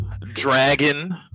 dragon